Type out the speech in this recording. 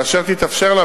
כאשר תתאפשרנה,